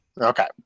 Okay